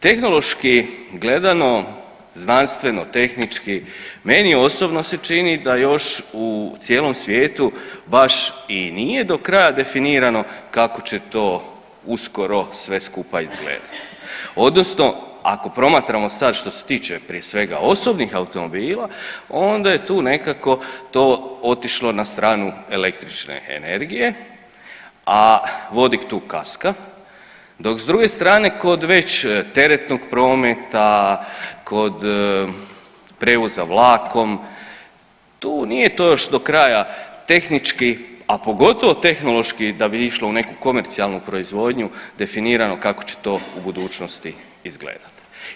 Tehnološki gledano znanstveno tehnički meni osobno se čini da još u cijelom svijetu baš i nije do kraja definirano kako će to uskoro sve skupa izgledati odnosno ako promatramo sad što se tiče prije svega osobnih automobila onda je tu nekako to otišlo na stranu električne energije, a vodik tu kaska dok s druge strane kod već teretnog prometa, kod prevoza vlakom, tu nije to još do kraja tehnički, a pogotovo tehnološki da bi išlo u neku komercijalnu proizvodnju definirano kako će to u budućnosti izgledat.